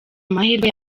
amahirwe